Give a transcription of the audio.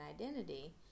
identity